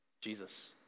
Jesus